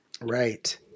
Right